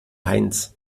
heinz